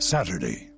Saturday